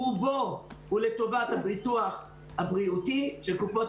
רובו הוא לטובת הביטוח הבריאותי של קופות